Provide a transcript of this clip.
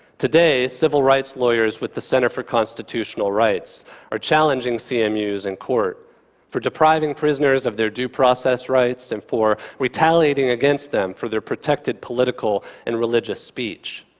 today, civil rights lawyers with the center for constitutional rights are challenging cmus in and court for depriving prisoners of their due process rights and for retaliating against them for their protected political and religious speech.